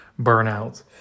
burnout